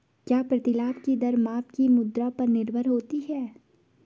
क्या प्रतिलाभ की दर माप की मुद्रा पर निर्भर होती है?